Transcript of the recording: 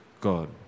God